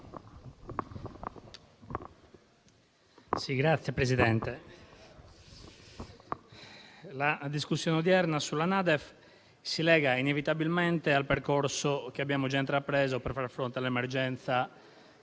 Signor Presidente, la discussione odierna sulla NADEF si lega inevitabilmente al percorso già intrapreso per far fronte all'emergenza